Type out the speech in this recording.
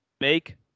Make